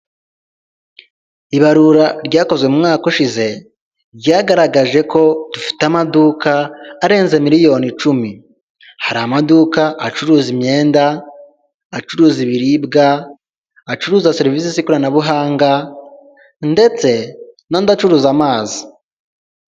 Ibarura ryakozwe mu mwaka ushize ryagaragaje ko dufite amaduka arenze miliyoni icumi, hari amaduka acuruza imyenda, acuruza ibiribwa, acuruza serivisi z'ikoranabuhanga ndetse n'andi acuruza amazi.